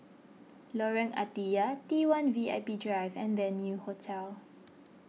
Lorong Ah Thia T one V I P Drive and Venue Hotel